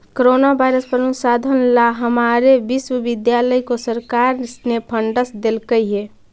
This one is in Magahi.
कोरोना वायरस पर अनुसंधान ला हमारे विश्वविद्यालय को सरकार ने फंडस देलकइ हे